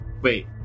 wait